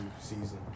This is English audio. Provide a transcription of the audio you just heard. season